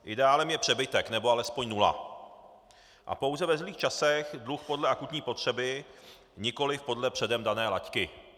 Ideálem je přebytek, nebo alespoň nula a pouze ve zlých časech dluh podle akutní potřeby, nikoliv podle předem dané laťky.